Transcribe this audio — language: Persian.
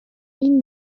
این